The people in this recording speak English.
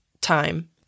time